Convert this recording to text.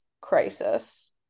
crisis